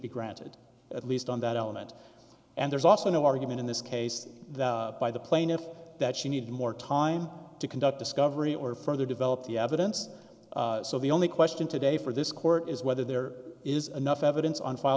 be granted at least on that element and there's also no argument in this case that by the plaintiff that she needed more time to conduct discovery or further develop the evidence so the only question today for this court is whether there is enough evidence on file